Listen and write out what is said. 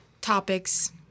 topics—